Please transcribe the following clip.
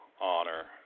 honor